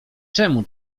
czemu